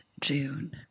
June